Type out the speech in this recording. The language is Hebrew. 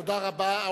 תודה רבה.